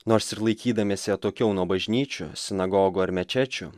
nors ir laikydamiesi atokiau nuo bažnyčių sinagogų ar mečečių